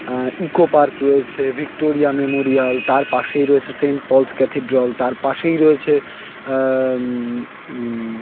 eco park রয়েছে Victoria Memorial তার পাশেই রয়েছে সেন্ট পলস ক্যাথিড্রল তার পাশেই রয়েছে